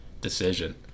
decision